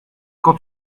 quand